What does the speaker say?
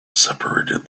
separated